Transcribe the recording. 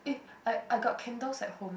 I I got candles at home